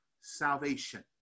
salvation